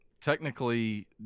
technically